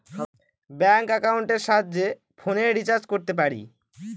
bank একাউন্টের সাহায্যে ফোনের রিচার্জ করতে পারি